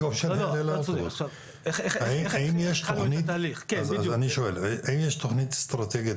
האם יש תוכנית אסטרטגית?